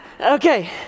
Okay